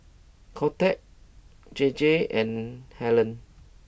Kodak J J and Helen